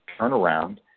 turnaround